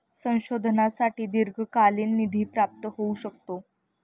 संशोधनासाठी दीर्घकालीन निधी प्राप्त होऊ शकतो का?